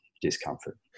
discomfort